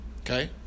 Okay